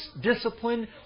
discipline